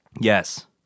Yes